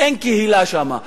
אין קהילה שם.